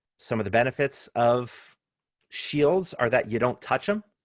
some of the benefits of shields or that you don't touch them,